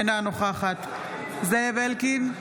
אינה נוכחת זאב אלקין,